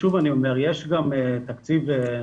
שוב אני אומר, יש גם תקציב נוסף